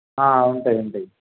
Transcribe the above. ఉంటాయి ఉంటాయి